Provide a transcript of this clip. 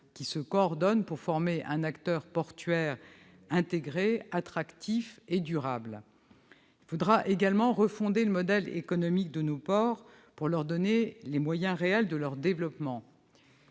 se coordonnent pour former un acteur portuaire intégré, attractif et durable. Il faudra également refonder le modèle économique de nos ports pour leur donner les moyens réels de leur développement.